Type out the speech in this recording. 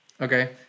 Okay